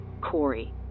Corey